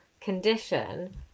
condition